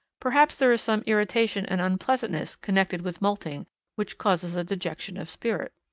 perhaps there is some irritation and unpleasantness connected with moulting which causes a dejection of spirit.